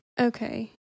Okay